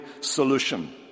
solution